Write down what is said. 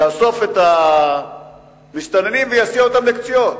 יאסוף את המסתננים ויסיע אותם לקציעות.